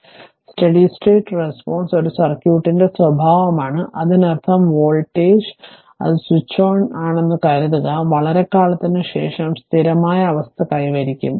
അതിനാൽ steady state response ഒരു സർക്യൂട്ടിന്റെ സ്വഭാവമാണ് അതിനർത്ഥം വോൾട്ടേജ് sce അത് സ്വിച്ച് ഓൺ ആണെന്ന് കരുതുക വളരെക്കാലത്തിനുശേഷം സ്ഥിരമായ അവസ്ഥ കൈവരിക്കും